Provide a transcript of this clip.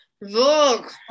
Look